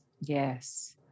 Yes